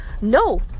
No